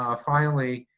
ah finally,